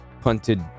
punted